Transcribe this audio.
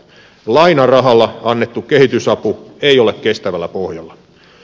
lainarahalla annettu kehitysapu ei ole kestävällä pohjalla